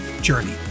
journey